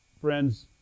friends